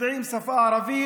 יודעים את השפה הערבית